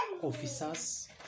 officers